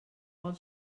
vol